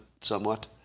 somewhat